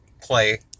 play